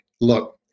look